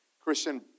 Christian